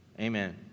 Amen